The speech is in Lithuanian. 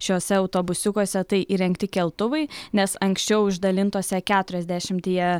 šiuose autobusiukuose tai įrengti keltuvai nes anksčiau išdalintuose keturiasdešimtyje